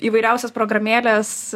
įvairiausias programėles